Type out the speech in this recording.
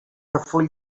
full